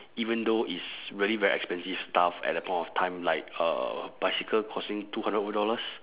even though it's really very expensive stuff at the point of time like a bicycle costing two hundred over dollars